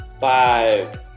Five